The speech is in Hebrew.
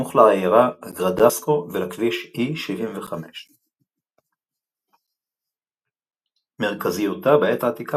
סמוך לעיירה גראדסקו ולכביש E-75. מרכזיותה בעת העתיקה